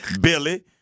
Billy